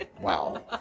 Wow